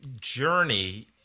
journey